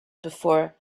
before